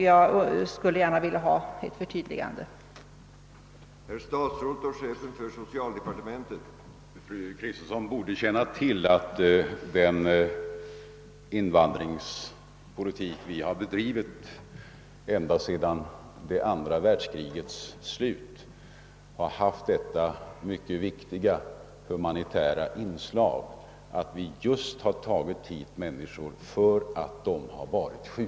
Jag skulle gärna vilja ha ett förtydligande på den punkten.